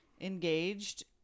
engaged